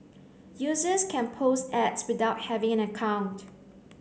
users can post Ads without having an account